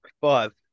Five